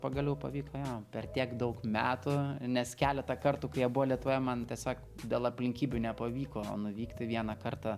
pagaliau pavyko jo per tiek daug metų nes keletą kartų kai jie buvo lietuvoje man tiesiog dėl aplinkybių nepavyko nuvykti vieną kartą